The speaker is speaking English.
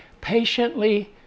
patiently